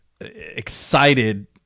excited